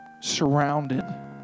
surrounded